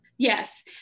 Yes